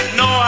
no